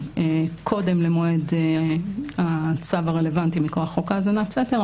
קודם למועד הצו הרלוונטי מכוח חוק האזנת סתר,